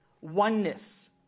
oneness